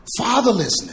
fatherlessness